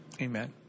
amen